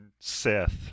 Seth